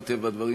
מטבע הדברים,